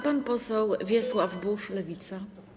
Pan poseł Wiesław Buż, Lewica.